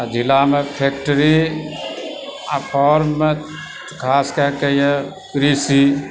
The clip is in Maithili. जिलामे फैक्ट्री आ फॉर्ममे खास कए कऽए कृषि